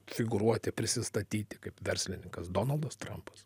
figūruoti prisistatyti kaip verslininkas donaldas trampas